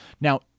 Now